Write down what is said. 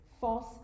false